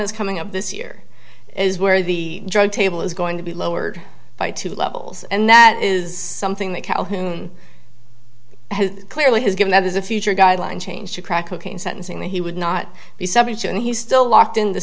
that's coming up this year is where the drug table is going to be lowered by two levels and that is something that calhoun clearly his give that is a future guideline change to crack cocaine sentencing that he would not be subject to and he's still locked in